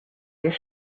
their